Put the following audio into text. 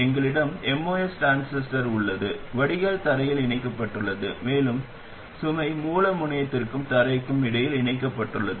எங்களிடம் MOS transistor உள்ளது வடிகால் தரையில் இணைக்கப்பட்டுள்ளது மேலும் சுமை மூல முனையத்திற்கும் தரைக்கும் இடையில் இணைக்கப்பட்டுள்ளது